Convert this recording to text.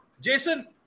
Jason